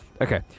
Okay